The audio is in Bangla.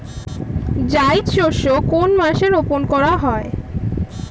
জায়িদ শস্য কোন মাসে রোপণ করা হয়?